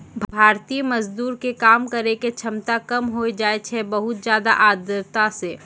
भारतीय मजदूर के काम करै के क्षमता कम होय जाय छै बहुत ज्यादा आर्द्रता सॅ